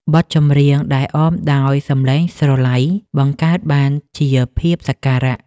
បទចម្រៀងដែលអមដោយសំឡេងស្រឡៃ បង្កើតបានជាភាពសក្ការៈ។